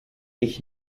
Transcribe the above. ich